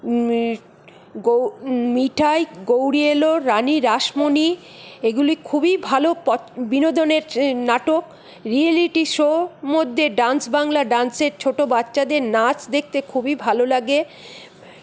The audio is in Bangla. গো মিঠাই গৌরী এলো রানী রাসমণি এগুলি খুবই ভালো পছ বিনোদনের নাটক রিয়ালিটি শো মধ্যে ডান্স বাংলা ডান্সের ছোট বাচ্চাদের নাচ দেখতে খুবই ভালো লাগে